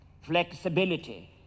flexibility